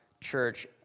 church